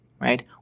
right